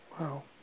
Wow